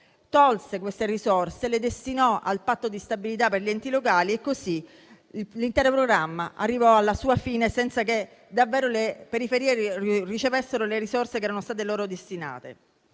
tolse queste risorse, le destinò al patto di stabilità per gli enti locali e così l'intero programma arrivò alla sua fine senza che le periferie ricevessero davvero le risorse che erano state loro destinate.